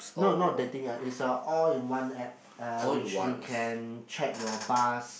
no not dating app is a all in one app uh which you can check your bus